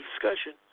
discussion